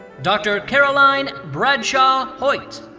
dr. caroline bradshaw hoyt.